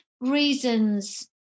reasons